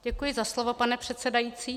Děkuji za slovo, pane předsedající.